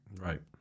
Right